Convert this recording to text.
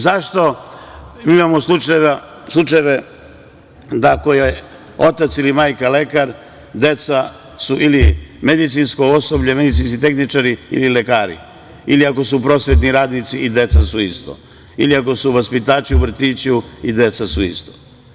Zašto, mi imamo slučajeve da ako je otac ili majka lekar, deca su ili medicinsko osoblje, medicinski tehničari ili lekari, ili ako su prosvetni radnici i deca su isto, ili ako su vaspitači u vrtiću i deca su isto.